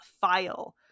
file